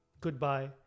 goodbye